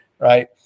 right